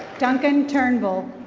duncan turnbull.